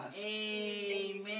Amen